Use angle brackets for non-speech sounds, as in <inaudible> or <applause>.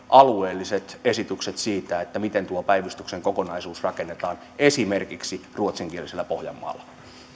<unintelligible> alueelliset esitykset siitä miten tuo päivystyksen kokonaisuus rakennetaan esimerkiksi ruotsinkielisellä pohjanmaalla